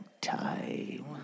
time